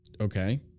Okay